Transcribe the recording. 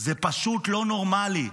זה לא נורמלי,